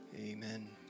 Amen